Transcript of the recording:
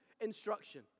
instruction